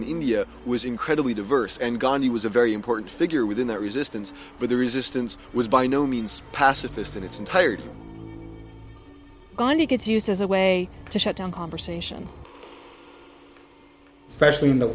in india was incredibly diverse and gandhi was a very important figure within that resistance but the resistance was by no means pacifist in its entirety gandhi gets used as a way to shut down conversation especially in the